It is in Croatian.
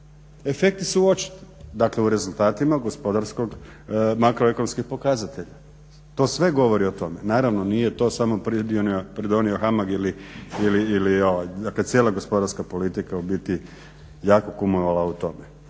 Efekti su očiti, dakle u rezultatima gospodarskog, makroekonomskih pokazatelja. To sve govori o tome. Naravno nije to samo pridonio HAMAG ili, dakle cijela gospodarska politika u biti jako kumovala u tome.